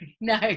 no